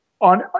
on